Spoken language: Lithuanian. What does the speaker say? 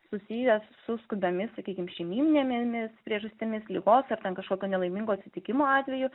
susijęs su skubomis sakykim šeimyninėmis priežastimis ligos ar ten kažkokio nelaimingo atsitikimo atveju